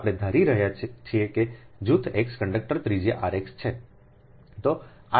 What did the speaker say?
આપણે ધારી રહ્યા છીએ કે જૂથ x કંડક્ટર ત્રિજ્યા r x છે